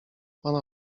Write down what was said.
pana